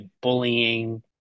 bullying